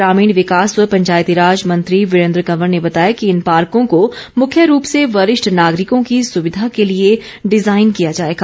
ग्रामीण विकास व पंचायती राज मंत्री वीरेंद्र कंवर ने बताया कि इन पार्को को मुख्य रूप से वरिष्ठ नागरिकों की सुविधा के लिए डिजाईन किया जाएगा